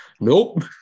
Nope